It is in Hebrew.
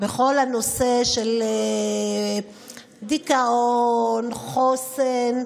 בכל הנושא של דיכאון, חוסן.